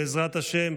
בעזרת השם,